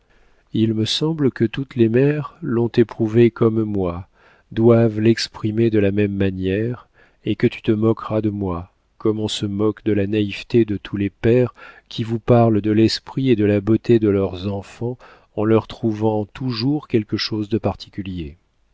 il me semble que toutes les mères l'ont éprouvé comme moi doivent l'exprimer de la même manière et que tu te moqueras de moi comme on se moque de la naïveté de tous les pères qui vous parlent de l'esprit et de la beauté de leurs enfants en leur trouvant toujours quelque chose de particulier